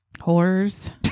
whores